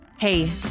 Hey